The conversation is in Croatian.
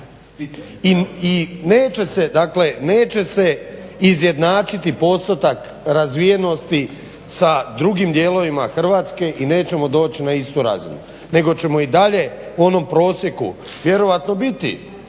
I neće se izjednačiti postotak razvijenosti sa drugim dijelovima Hrvatske i nećemo doći na istu razinu nego ćemo i dalje u onom prosjeku vjerojatno biti